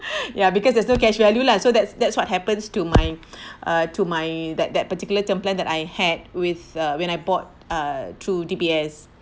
ya because there's no cash value lah so that's that's what happens to my uh to my that that particular term plan that I had with uh when I bought uh through D_B_S